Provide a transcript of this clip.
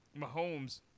Mahomes